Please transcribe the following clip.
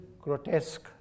grotesque